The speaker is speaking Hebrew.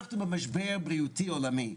אנחנו במשבר בריאותי עולמי.